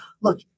look